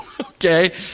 Okay